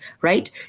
right